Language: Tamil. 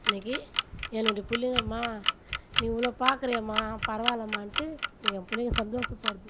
இன்றைக்கு என்னுடைய பிள்ளைங்க மா நீ இவ்வளோ பார்க்குறியேம்மா பரவாயில்லைம்மாண்டு என் பிள்ளைங்க சந்தோஷப்படுது